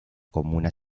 comuna